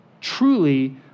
truly